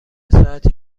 ساعتی